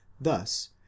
Thus